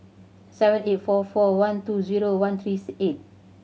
seven eight four four one two zero one three eight